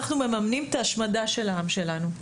אנחנו מממנים את ההשמדה של העם שלנו.